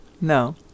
No